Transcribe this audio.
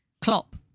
Klopp